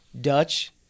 Dutch